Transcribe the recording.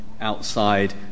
Outside